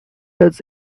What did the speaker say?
does